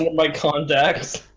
my contacts